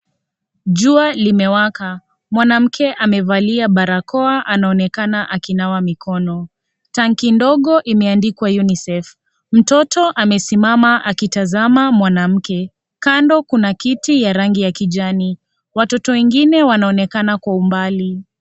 Jua limewaka mwaname amevalia barakoa anaonekana akinawa mkono, tanki ndogo imeandikwa UNICEF mtoto amesimama akitazama mwanamke ,kando kuna kiti cha rangi ya kijani ,watoto wengine wanaonekana kwa umbali.